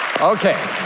Okay